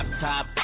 top